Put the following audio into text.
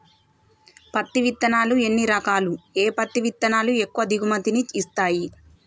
పత్తి విత్తనాలు ఎన్ని రకాలు, ఏ పత్తి విత్తనాలు ఎక్కువ దిగుమతి ని ఇస్తాయి?